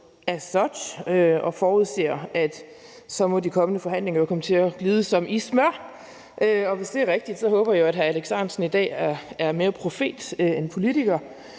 og forudser, at de kommende forhandlinger jo så må komme til at glide som i smør. Og hvis det er rigtigt, håber jeg jo, at hr. Alex Ahrendtsen i dag er mere profet end politiker.